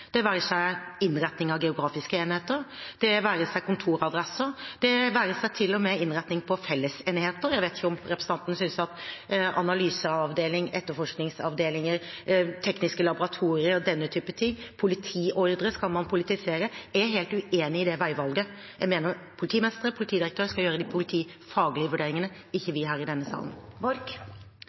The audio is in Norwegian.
det være seg innretning av geografiske enheter, det være seg kontoradresser, det være seg til og med innretning på fellesenheter. Jeg vet ikke om representanten synes at man skal politisere analyseavdelinger, etterforskningsavdelinger, tekniske laboratorier og den type ting, politiordre. Jeg er helt uenig i det veivalget. Jeg mener at politimestre og politidirektør skal gjøre de politifaglige vurderingene, ikke vi her i denne salen.